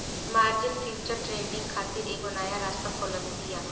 margin future trading खातिर एगो नया रास्ता खोलत बिया